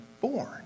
born